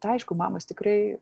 tai aišku mamos tikrai